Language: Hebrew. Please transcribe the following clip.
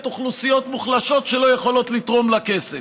אוכלוסיות מוחלשות שלא יכולות לתרום לה כסף.